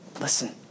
Listen